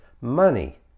money